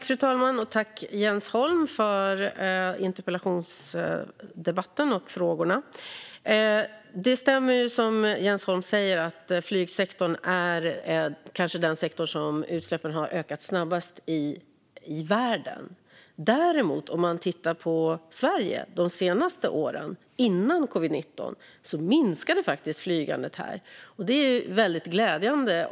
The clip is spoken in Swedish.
Fru talman! Tack, Jens Holm, för interpellationen och för frågorna här i debatten! Det stämmer, det som Jens Holm säger, att flygsektorn kanske är den sektor där utsläppen har ökat snabbast i världen. Om man däremot tittar på Sverige de senaste åren före covid-19 ser man att flygandet faktiskt minskade här. Det är glädjande.